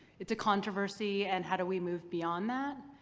it's a controversy and how do we move beyond that?